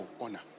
honor